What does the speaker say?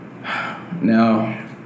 Now